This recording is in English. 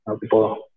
people